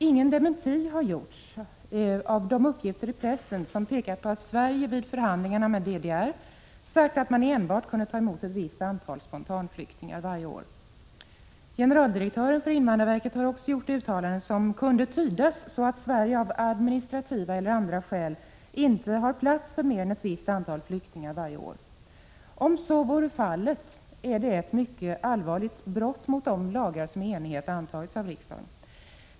Ingen dementi har gjorts med anledning av uppgifterna i pressen om att Sverige vid förhandlingarna med DDR sagt att man enbart kunde ta emot ett visst antal spontanflyktingar varje år. Generaldirektören för invandrarverket har också gjort uttalanden som kunde tydas så, att Sverige av administrativa eller andra skäl inte har plats för mera än ett visst antal flyktingar varje år. Om så är fallet, är det ett mycket allvarligt brott mot de lagar som i enighet antagits av riksdagen.